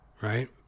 right